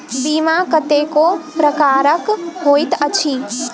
बीमा कतेको प्रकारक होइत अछि